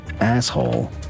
asshole